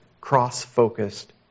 cross-focused